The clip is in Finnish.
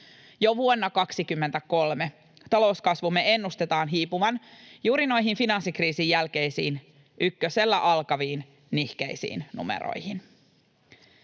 Jo vuonna 23 talouskasvumme ennustetaan hiipuvan juuri noihin finanssikriisin jälkeisiin, ykkösellä alkaviin nihkeisiin numeroihin.